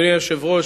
אדוני היושב-ראש,